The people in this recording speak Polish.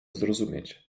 zrozumieć